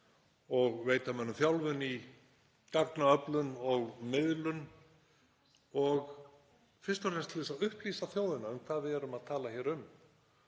og veita mönnum þjálfun í gagnaöflun og miðlun og fyrst og fremst til þess að upplýsa þjóðina um hvað við erum að tala hér um.